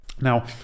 Now